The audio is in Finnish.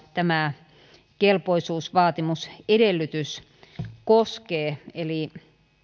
tämä kelpoisuusvaatimusedellytys koskee eli